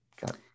Got